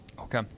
Okay